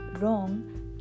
wrong